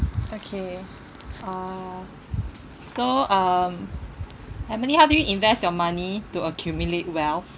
okay uh so um emily how do you invest your money to accumulate wealth